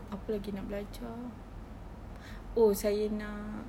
apa lagi nak belajar ah oh saya nak